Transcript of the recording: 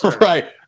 Right